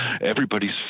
everybody's